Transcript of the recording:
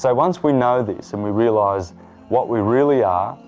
so once we know this and we realize what we really are,